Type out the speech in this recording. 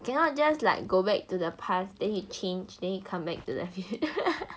cannot just like go back to the past then you change then you come back to the fu~